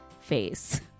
face